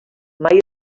mai